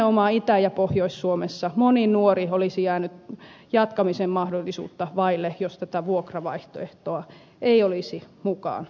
nimenomaan itä ja pohjois suomessa moni nuori olisi jäänyt jatkamisen mahdollisuutta vaille jos tätä vuokravaihtoehtoa ei olisi mukaan otettu